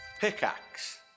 Pickaxe